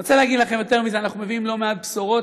אני רוצה להגיד לכן יותר מזה: אנחנו מביאים לא מעט בשורות,